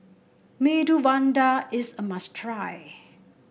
Medu Vada is a must try